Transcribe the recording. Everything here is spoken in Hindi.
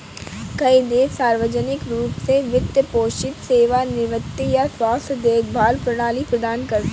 कई देश सार्वजनिक रूप से वित्त पोषित सेवानिवृत्ति या स्वास्थ्य देखभाल प्रणाली प्रदान करते है